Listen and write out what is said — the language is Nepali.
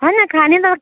होइन खाने न